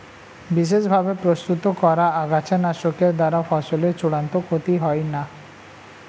বিশেষ ভাবে প্রস্তুত করা আগাছানাশকের দ্বারা ফসলের চূড়ান্ত ক্ষতি হয় না